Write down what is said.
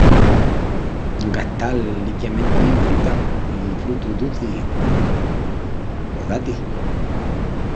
Gastal líquiamenti fruta i frutus ducis comu los datis.